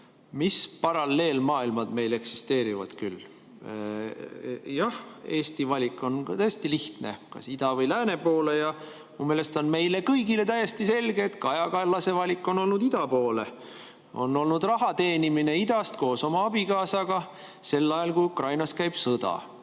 mis paralleelmaailmad meil eksisteerivad küll. Jah, Eesti valik on tõesti lihtne, kas ida või lääne poole, ja minu meelest on meile kõigile täiesti selge, et Kaja Kallase valik on olnud ida poole. On olnud raha teenimine idast koos oma abikaasaga sel ajal, kui Ukrainas käib sõda.